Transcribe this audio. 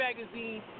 Magazine